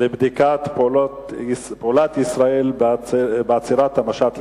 לבדיקת פעולת ישראל בעצירת המשט לעזה,